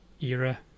era